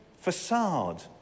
facade